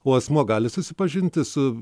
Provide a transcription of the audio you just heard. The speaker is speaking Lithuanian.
o asmuo gali susipažinti su